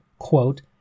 quote